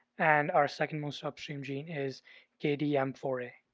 and our second most upstream gene is k d m four a.